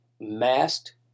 masked